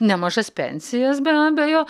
nemažas pensijas be abejo